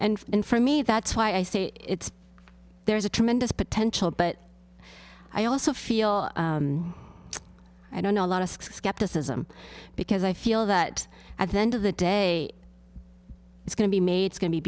and in for me that's why i say it's there's a tremendous potential but i also feel i don't know a lot of skepticism because i feel that at the end of the day it's going to be made going to be